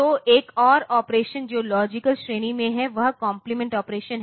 तो एक और ऑपरेशन जो लॉजिक श्रेणी में है वह कॉम्पिलमेंट ऑपरेशन है